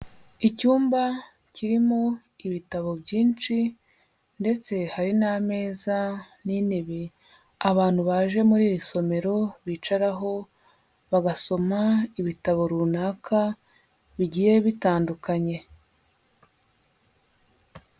Icyumba kirimo ibitabo byinshi ndetse hari n'ameza n'intebe abantu baje muri iri somero bicaraho bagasoma ibitabo runaka bigiye bitandukanye.